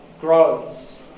grows